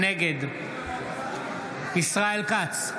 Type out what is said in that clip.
נגד ישראל כץ,